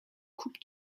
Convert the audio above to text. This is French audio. coupe